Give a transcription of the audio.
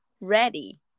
ready